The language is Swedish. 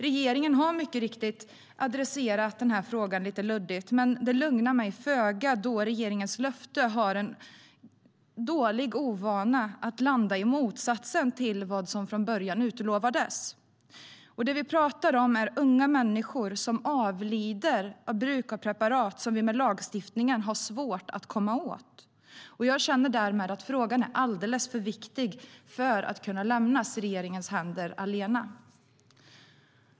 Regeringen har mycket riktigt adresserat den här frågan - lite luddigt. Det lugnar mig föga, då regeringens löften har en dålig vana att landa i motsatsen till vad som från början utlovades. Det vi talar om är unga människor som avlider av bruk av preparat som vi har svårt att komma åt med lagstiftning. Jag känner därmed att frågan är alldeles för viktig för att kunna lämnas i händerna på regeringen allena.